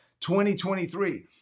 2023